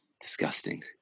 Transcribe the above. Disgusting